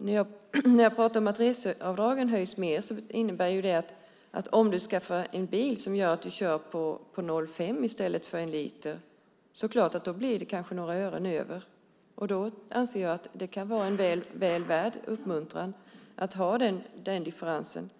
Fru talman! När jag pratar om att reseavdragen höjs innebär det att den som skaffar en bil som gör att man kör på 0,5 i stället för 1 liter kanske får några ören över. Jag anser att det kan vara en uppmuntran som är väl värd den differensen.